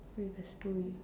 with a spoon